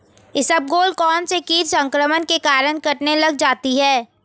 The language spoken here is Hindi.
इसबगोल कौनसे कीट संक्रमण के कारण कटने लग जाती है?